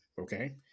Okay